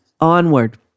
Onward